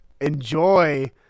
enjoy